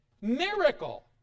Miracle